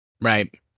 Right